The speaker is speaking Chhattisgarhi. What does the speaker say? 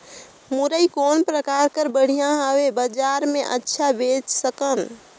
मुरई कौन प्रकार कर बढ़िया हवय? बजार मे अच्छा बेच सकन